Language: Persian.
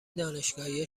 دانشگاهی